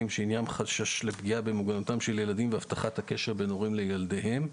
בעניין חשש לפגיעה במוגנות ילדים והבטחת הקשר בין הורים לילדיהם.